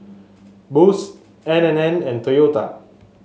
Boost N and N and Toyota